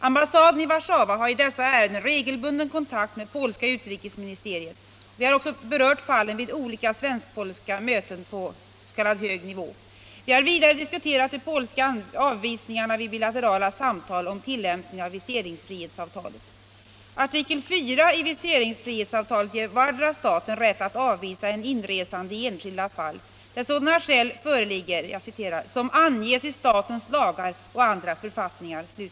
Ambassaden i Warszawa har i dessa ärenden regelbunden kontakt med polska utrikesministeriet, och vi har också berört fallen vid olika svensk-polska möten på hög nivå. Vi har vidare diskuterat de polska avvisningarna vid bilaterala samtal om tilllämpningen av viseringsfrihetsavtalet. Artikel 4 i viseringsfrihetsavtalet ger vardera staten rätt att avvisa en inresande i enskilda fall, där sådana skäl föreligger ”som anges i statens lagar och andra författningar”.